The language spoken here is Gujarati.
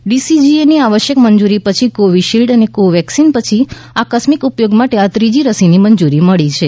ડીસીજીએની આવશ્યક મંજૂરી પછી કોવિશિલ્ડ અને કોવેક્સિન પછી આકસ્મિક ઉપયોગ માટે આ ત્રીજી રસીને મંજુરી મળી છે